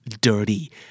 dirty